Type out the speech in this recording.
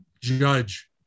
judge